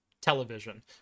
television